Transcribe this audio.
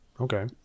okay